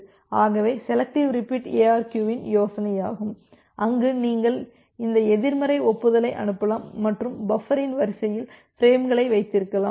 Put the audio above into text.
ஆகவே selective repeat ARQ இன் யோசனையாகும் அங்கு நீங்கள் இந்த எதிர்மறை ஒப்புதலை அனுப்பலாம் மற்றும் பஃபரின் வரிசையில் பிரேம்களை வைத்திருக்கலாம்